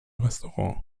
restaurant